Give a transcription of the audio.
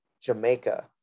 Jamaica